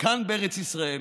כאן בארץ ישראל